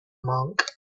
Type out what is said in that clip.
monk